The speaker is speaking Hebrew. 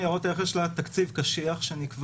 לרשות ניירות ערך יש תקציב קשיח שנקבע